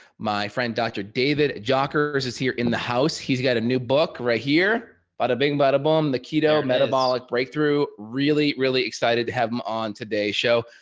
my friend dr. david jockers is here in the house. he's got a new book right here, bada bing bada boom, the keto metabolic breakthrough. really, really excited to have him on today's show.